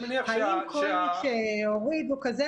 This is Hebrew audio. האם כל מי שהוריד הוא כזה?